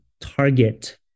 target